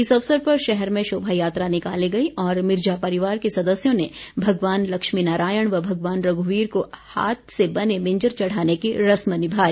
इस अवसर पर शहर में शोभा यात्रा निकाली गई और मिर्जा परिवार के सदस्यों ने भगवान लक्ष्मीनारायण व भगवान रघुवीर को हाथ से बनी मिंजर चढ़ाने की रस्म निभाई